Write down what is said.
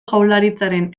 jaurlaritzaren